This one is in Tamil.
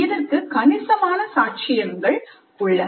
இதற்கு கணிசமான சாட்சியங்கள் உள்ளன